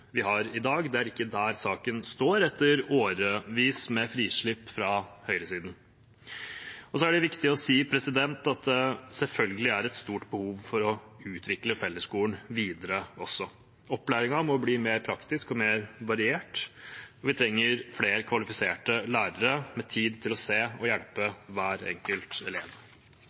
vi har i dag. Det er ikke der saken står, etter årevis med frislipp fra høyresiden. Så er det viktig å si at det selvfølgelig også er et stort behov for å utvikle fellesskolen videre. Opplæringen må bli mer praktisk og mer variert, og vi trenger flere kvalifiserte lærere med tid til å se og hjelpe hver enkelt elev.